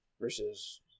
Versus